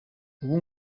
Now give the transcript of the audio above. ubu